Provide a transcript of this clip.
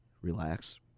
relax